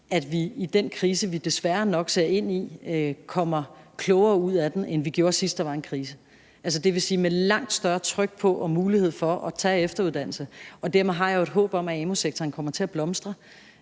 angår den krise, vi desværre nok ser ind i, kommer klogere ud af den, end vi gjorde, sidst der var en krise, og det vil altså sige med langt større tryk på og mulighed for at tage efteruddannelse. Og dermed har jeg jo et håb om, at amu-sektoren kommer til at blomstre.